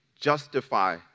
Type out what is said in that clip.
justify